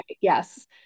yes